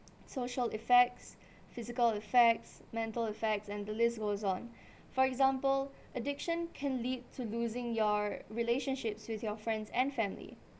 social effects physical effects mental effects and the list goes on for example addiction can lead to losing your relationships with your friends and family